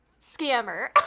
scammer